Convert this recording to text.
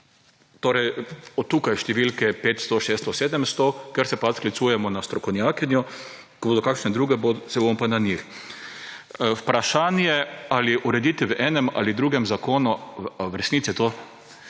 tukaj torej številke 500, 600, 700, sklicujemo se na strokovnjakinjo, ko bodo kakšne druge, se bomo pa na njih. Vprašanje, ali urediti v enem ali drugem zakonu, je v resnici